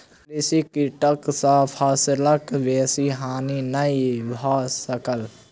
कृषि कीटक सॅ फसिलक बेसी हानि नै भ सकल